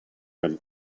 him